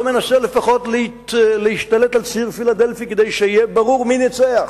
לא מנסה לפחות להשתלט על ציר פילדלפי כדי שיהיה ברור מי ניצח?